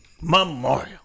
Memorial